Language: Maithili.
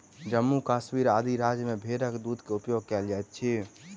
जम्मू कश्मीर आदि राज्य में भेड़क दूध के उपयोग कयल जाइत अछि